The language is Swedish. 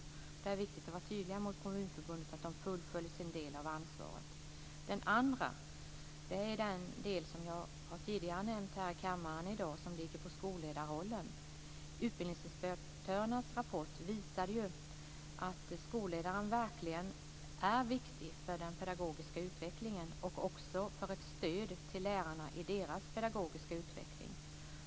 Det är viktigt att vara tydlig gentemot Kommunförbundet om att de fullföljer sin del av ansvaret. Den andra delen är den som jag tidigare nämnt här i kammaren i dag och som gäller skolledarrollen. Utbildningsinspektörernas rapport visade att skolledaren verkligen är viktig för den pedagogiska utvecklingen och också ett stöd för lärarna i deras pedagogiska utveckling.